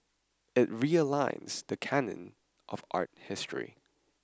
it realigns the canon of art history